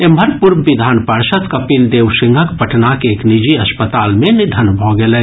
एम्हर पूर्व विधान पार्षद कपिलदेव सिंहक पटनाक एक निजी अस्पताल मे निधन भऽ गेलनि